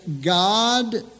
God